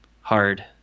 hard